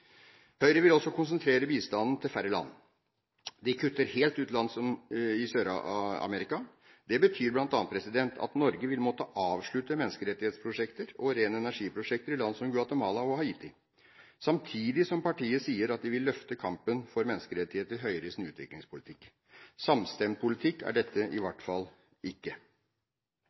Høyre vil konsentrere bistanden til færre land. De kutter helt ut land i Sør-Amerika. Det betyr bl.a. at Norge vil måtte avslutte menneskerettighetsprosjekter og ren energi-prosjekter i land som Guatemala og Haiti, samtidig som partiet sier de vil løfte kampen for menneskerettigheter høyere i sin utviklingspolitikk. Samstemt politikk er dette i hvert fall ikke.